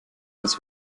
als